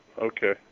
Okay